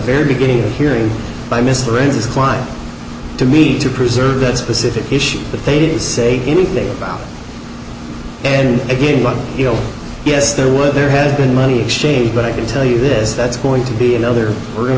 very beginning of hearing by mr raines his client to me to preserve that specific issue that they didn't say anything about and again like you know yes there were there had been money exchanged but i can tell you this that's going to be another we're going